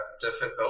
difficult